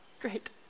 Great